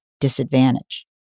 disadvantage